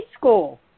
school